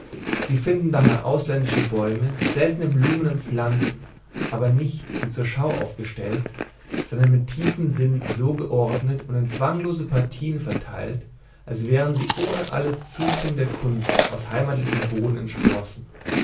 sie finden daher ausländische bäume seltene blumen und pflanzen aber nicht wie zur schau ausgestellt sondern mit tiefem sinn so geordnet und in zwanglose partien verteilt als wären sie ohne alles zutun der kunst aus heimatlichem boden entsprossen